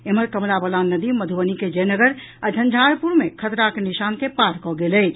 एम्हर कमला बलान नदी मधुबनी के जयनगर आ झंझारपुर मे खतराक निशान के पार कऽ गेल अछि